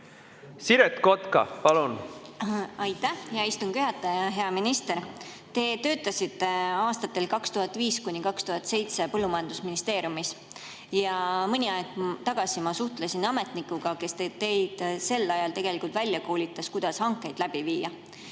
Siret Kotka, palun!